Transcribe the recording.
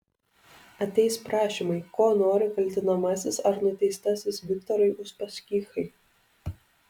ateis prašymai ko nori kaltinamasis ar nuteistasis viktorai uspaskichai